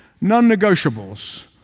non-negotiables